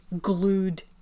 glued